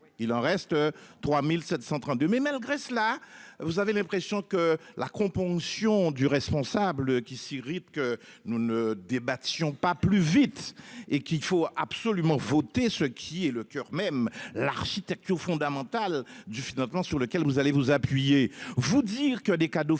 Il en reste 3732, mais malgré cela vous avez l'impression que la componction du responsable qui s'irritent que nous ne débattions pas plus vite et qu'il faut absolument voter, ce qui est le coeur même l'architecture fondamentale du financement sur lequel vous allez vous appuyez-vous dire que les cadeaux fiscaux